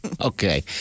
okay